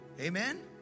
Amen